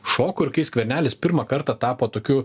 šokų ir kai skvernelis pirmą kartą tapo tokiu